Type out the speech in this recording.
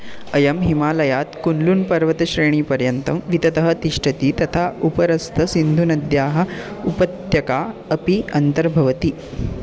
अयं हिमालयात् कुन्लुन् पर्वतश्रेणिपर्यन्तं विततः तिष्ठति तथा उपरस्थसिन्धुनद्याः उपत्यका अपि अन्तर्भवति